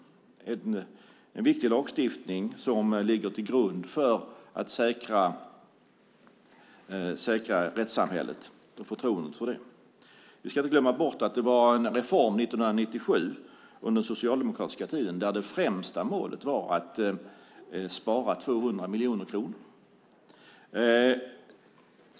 Det är en viktig lagstiftning som ligger till grund för att säkra rättssamhället och förtroendet för det. Vi ska inte glömma bort att det genomfördes en reform 1997 under den socialdemokratiska tiden där det främsta målet var att spara 200 miljoner kronor.